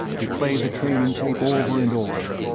he played the training tape over and over.